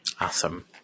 Awesome